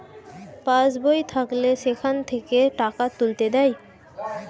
pass বই থাকলে সেখান থেকে টাকা তুলতে দেয়